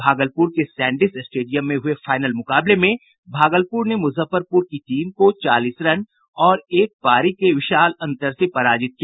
भागलपुर के Sandis stadium में हुये फाइनल मुकाबले में भागलपुर ने मुजफ्फरपुर की टीम को चालीस रन और एक पारी के विशाल अंतर से पराजित किया